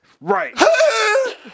right